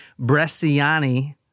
Bresciani